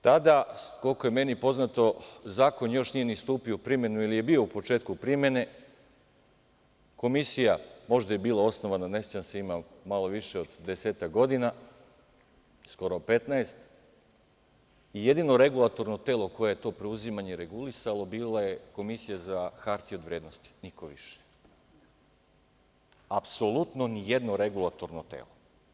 Tada, koliko je meni poznato zakon još nije ni stupio u primenu, jer je bio u početku primene, Komisija je možda i bila osnovana ne sećam se ima malo više od desetak godina, skoro 15, je jedino regulatorno telo koje to preuzimanje regulisalo bila je Komisija za hartije od vrednosti i niko više, apsolutno nijedno regulatorno telo.